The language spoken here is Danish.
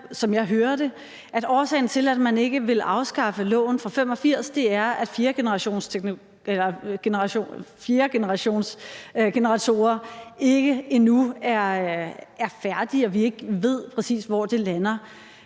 som jeg hører det, at årsagen til, at man ikke vil afskaffe loven fra 1985, er, at fjerdegenerationsgeneratorer endnu ikke er færdigudviklede, og at vi ikke ved, præcis hvor det lander.